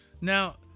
Now